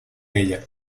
ella